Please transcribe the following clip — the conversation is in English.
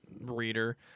reader